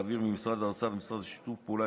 להעביר ממשרד האוצר למשרד לשיתוף פעולה